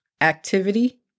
activity